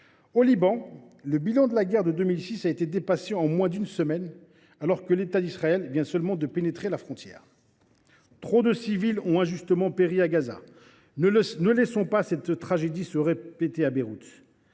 Au Liban, le bilan de la guerre de 2006 a été dépassé en moins d’une semaine, alors que l’État d’Israël vient seulement de pénétrer la frontière. Trop de civils ont injustement péri à Gaza. Ne laissons pas cette tragédie se répéter à Beyrouth.